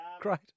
Great